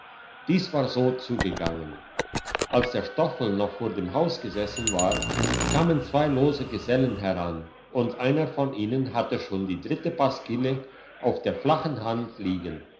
dies war so zugegangen als der stoffel noch vor dem haus gesessen war kamen zwei lose gesellen heran und einer von ihnen hatte schon die dritte pasquille auf der flachen hand liegen